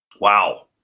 Wow